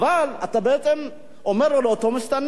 אבל אתה בעצם אומר לאותו מסתנן,